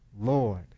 Lord